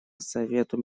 совету